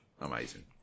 amazing